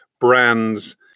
brands